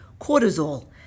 cortisol